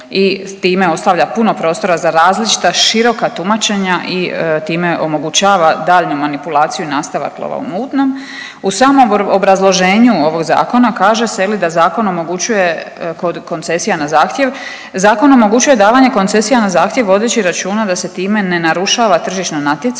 time ostavlja puno prostora za različita široka tumačenja i tim omogućava daljnju manipulaciju i nastavak lova u mutnom. U samom obrazloženju ovog zakona kaže se da zakon omogućuje kod koncesija na zahtjev, zakon omogućuje davanje koncesija na zahtjev vodeći računa da se time ne narušava tržišno natjecanje